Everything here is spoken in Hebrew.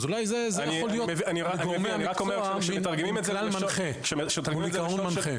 אז אולי זה יכול להיות מין קו מנחה או עקרון מנחה לגורמי המקצוע.